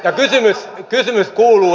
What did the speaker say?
ja kysymys kuuluu